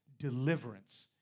deliverance